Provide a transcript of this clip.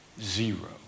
Zero